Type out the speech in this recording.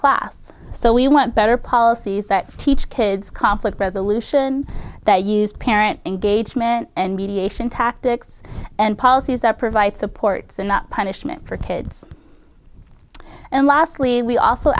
class so we want better policies that teach kids conflict resolution that use parent engagement and mediation tactics and policies that provide support and not punishment for kids and